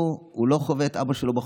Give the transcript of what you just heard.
לא חווה את אבא שלו בחופש.